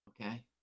Okay